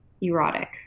erotic